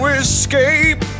escape